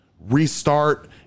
restart